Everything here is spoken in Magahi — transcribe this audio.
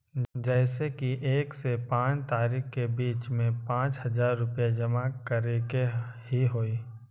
जैसे कि एक से पाँच तारीक के बीज में पाँच हजार रुपया जमा करेके ही हैई?